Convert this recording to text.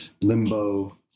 limbo